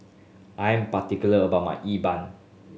I am particular about my E ban